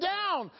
down